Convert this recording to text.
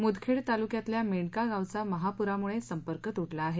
मुदखेड तालुक्यातल्या मेंढका गावचा महाप्रामुळे संपर्क तुटला आहे